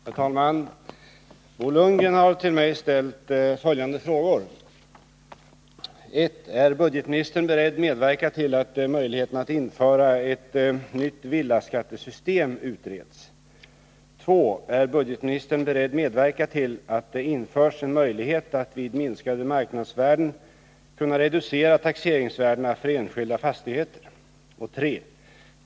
Herr talman! Bo Lundgren har till mig ställt följande frågor: 1. Är budgetministern beredd medverka till att möjligheten att införa ett nytt villaskattesystem utreds? 2. Är budgetministern beredd medverka till att det införs en möjlighet att vid minskade marknadsvärden kunna reducera taxeringsvärdena för enskilda fastigheter? 3.